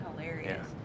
hilarious